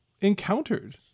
encountered